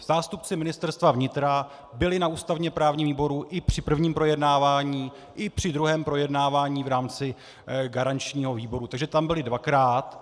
Zástupci Ministerstva vnitra byli na ústavněprávním výboru i při prvním projednávání i při druhém projednávání v rámci garančního výboru, takže tam byli dvakrát.